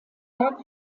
lag